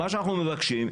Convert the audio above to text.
מה שאנחנו מבקשים,